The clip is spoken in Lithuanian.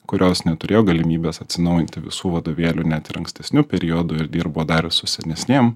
kurios neturėjo galimybės atsinaujinti visų vadovėlių net ir ankstesniu periodu ir dirbo dar ir su senesnėm